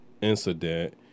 incident